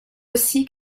aussi